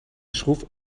schroef